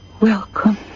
Welcome